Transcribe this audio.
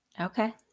Okay